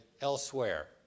elsewhere